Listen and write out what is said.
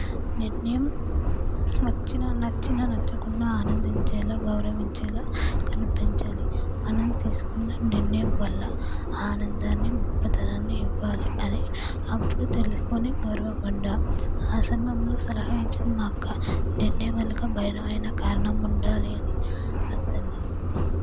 నిర్ణయం వచ్చిన నచ్చిన నచ్చకున్నా ఆనందించేలా గౌరవించేలా అనిపించాలి మనం తీసుకున్న నిర్ణయం వల్ల ఆనందాన్ని గొప్పతనాన్ని ఇవ్వాలి అని అప్పుడు తెలుసుకొని గర్వపడ్డ ఆ సమయంలో సలహా ఇచ్చింది మా అక్క నిర్ణయం వెనుక బలమైన కారణం ఉండాలి అని అర్థమయింది